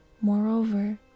moreover